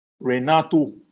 Renato